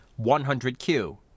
100Q